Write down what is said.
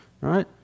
right